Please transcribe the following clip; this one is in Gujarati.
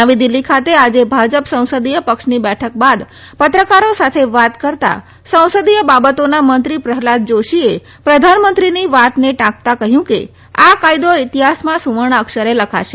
નવી દિલ્ફી ખાતે આજે ભાજપ સંસદીય પક્ષની બેઠક બાદ પત્રકારો સાથે વાત કરતાં સંસદીય બાબતોના મંત્રી પ્રહલાદ જોશીએ વડાપ્રધાનની વાતને ટાંકતા કહ્યું કે આ કાયદો ઇતિહાસમાં સુવર્ણ અક્ષરે લખાશે